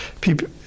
people